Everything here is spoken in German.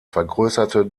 vergrößerte